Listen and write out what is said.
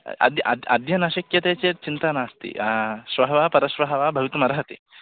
अद्य अद्य अद्य न शक्यते चेत् चिन्ता नास्ति हा श्वः वा परश्वः वा भवितुमर्हति